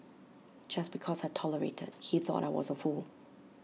just because I tolerated he thought I was A fool